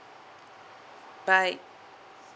bye